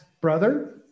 brother